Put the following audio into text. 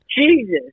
Jesus